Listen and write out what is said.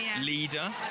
leader